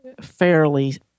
fairly